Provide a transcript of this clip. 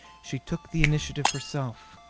she took the initiative herself.